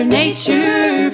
nature